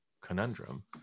conundrum